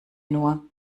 nur